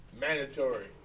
Mandatory